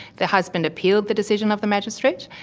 the husband appealed the decision of the magistrate,